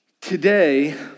today